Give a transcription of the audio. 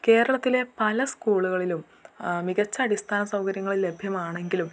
കേരളത്തിലെ പല സ്കൂളുകളിലും മികച്ച അടിസ്ഥാന സൗകര്യങ്ങൾ ലഭ്യമാണെങ്കിലും